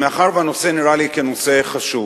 מאחר שהנושא נראה לי נושא חשוב,